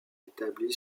établie